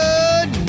Good